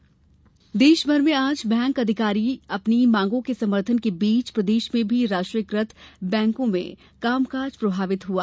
bank अधिकारी हड़ताल देश भर में आज बैंक अधिकारियों की अपनी मांगों के समर्थन के बीच प्रदेश में भी राष्ट्रीयकृत बैंकों में कामकाज प्रभावित हुआ